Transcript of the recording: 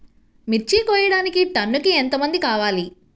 మిర్చి కోయడానికి టన్నుకి ఎంత మంది కావాలి?